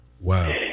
Wow